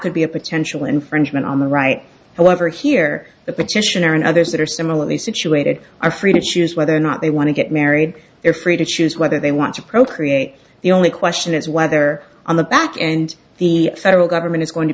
could be a potential infringement on the right however here that the church and others that are similarly situated are free to choose whether or not they want to get married they are free to choose whether they want to procreate the only question is whether on the back and the federal government is going to